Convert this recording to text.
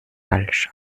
falsch